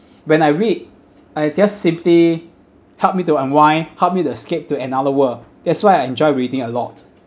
when I read I just simply help me to unwind help me to escape to another world that's why I enjoy reading a lot